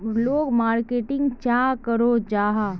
लोग मार्केटिंग चाँ करो जाहा?